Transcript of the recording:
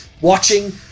watching